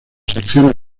secciones